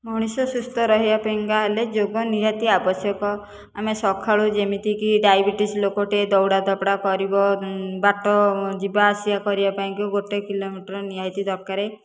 ମଣିଷ ସୁସ୍ଥ ରହିବା ପାଇଁକା ହେଲେ ଯୋଗ ନିହାତି ଆବଶ୍ୟକ ଆମେ ସକାଳୁ ଯେମିତିକି ଡାଇବେଟିସ ଲୋକ ଟିଏ ଦୌଡ଼ା ଧାପଡ଼ା କରିବ ବାଟ ଯିବା ଆସିବା କରିବା ପାଇଁକି ଗୋଟିଏ କିଲୋମିଟର ନିହାତି ଦରକାର